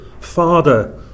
father